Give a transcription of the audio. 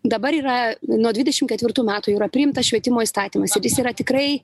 dabar yra nuo dvidešim ketvirtų metų yra priimtas švietimo įstatymas ir jis yra tikrai